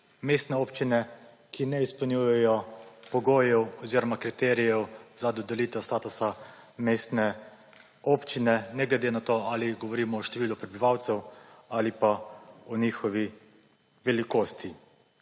mestne občine, ki ne izpolnjujejo pogojev oziroma kriterijev za dodelitev statusa mestne občine ne glede na to ali govorimo o številu prebivalcev ali pa o njihovi velikosti.